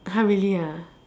!huh! really ah